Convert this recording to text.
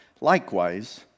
Likewise